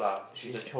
she's